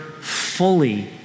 fully